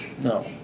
No